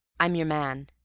i'm your man.